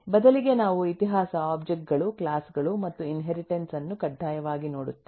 ಬದಲಿಗೆ ನಾವು ಇತಿಹಾಸ ಒಬ್ಜೆಕ್ಟ್ ಗಳು ಕ್ಲಾಸ್ ಗಳು ಮತ್ತು ಇನ್ಹೆರಿಟನ್ಸ್ ಯನ್ನು ಕಡ್ಡಾಯವಾಗಿ ನೋಡುತ್ತೇವೆ